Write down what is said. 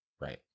Right